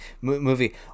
movie